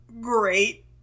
great